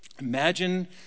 Imagine